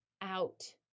out